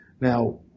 Now